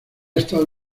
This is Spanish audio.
estado